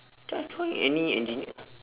just join any engineer